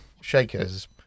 Shakers